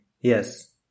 yes